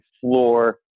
floor